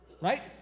Right